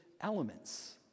elements